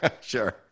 Sure